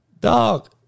Dog